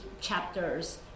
chapters